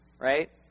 right